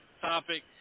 topic